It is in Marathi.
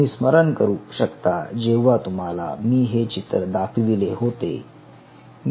तुम्ही स्मरण करू शकता जेव्हा तुम्हाला मी हे चित्र दाखविले होते